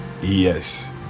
yes